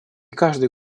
каждый